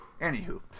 Anywho